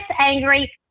angry